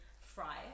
fry